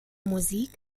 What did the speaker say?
musik